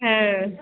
হ্যাঁ